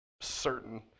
certain